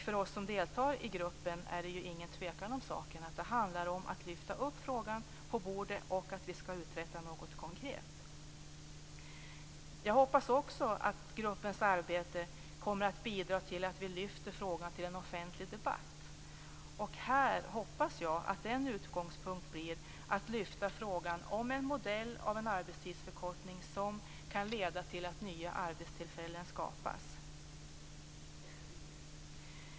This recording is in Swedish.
För oss som deltar i gruppen är det ju ingen tvekan om saken: Det handlar om att lyfta upp frågan på bordet och om att uträtta något konkret. Jag hoppas också att gruppens arbete kommer att bidra till att frågan lyfts fram till en offentlig debatt. Här hoppas jag att en utgångspunkt blir en modell av arbetstidsförkortning som kan leda till att nya arbetstillfällen skapas.